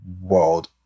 world